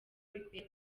bikwiye